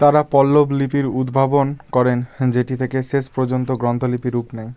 তাঁরা পল্লব লিপির উদ্ভাবন করেন যেটি থেকে শেষ পর্যন্ত গ্রন্থলিপি রূপ নেয়